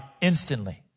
instantly